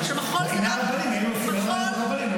שמחול זה גם --- אם היה חוק הרבנים,